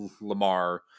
Lamar